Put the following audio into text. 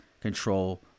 control